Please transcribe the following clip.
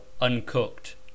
uncooked